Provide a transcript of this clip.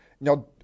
now